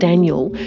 daniel,